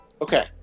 Okay